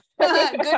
good